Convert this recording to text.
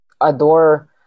adore